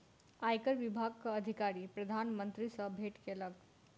आयकर विभागक अधिकारी प्रधान मंत्री सॅ भेट केलक